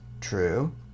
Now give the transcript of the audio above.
True